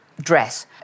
dress